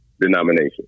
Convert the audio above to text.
denomination